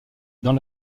dans